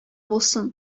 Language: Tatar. булсын